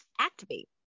Activate